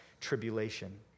tribulation